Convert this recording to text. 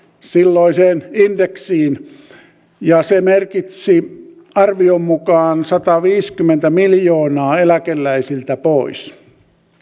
silloiseen indeksiin se merkitsi arvion mukaan sitä että sataviisikymmentä miljoonaa eläkeläisiltä pois